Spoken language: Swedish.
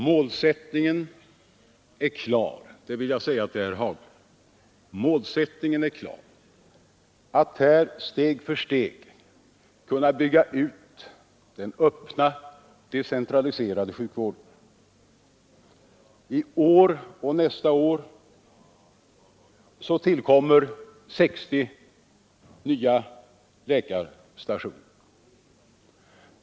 Målsättningen är klar — det vill jag säga till herr Hagberg i Borlänge — nämligen att steg för steg bygga ut den öppna, decentraliserade sjukvården. I år och nästa år tillkommer 60 nya läkarstationer.